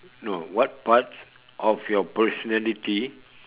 no what parts of your personality